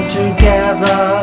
together